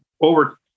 over